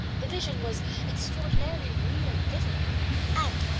the vision was extraordinarily real and vivid, i remember, and,